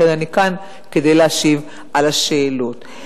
לכן אני כאן כדי להשיב על השאלות.